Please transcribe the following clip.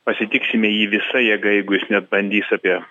pasitiksime jį visa jėga jeigu jis net bandys apie